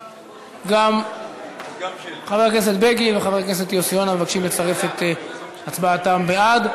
גם חבר הכנסת בגין וחבר הכנסת יוסי יונה מבקשים לצרף את הצבעתם בעד.